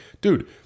dude